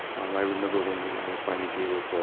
um i remember when they, when they finally gave us, ah,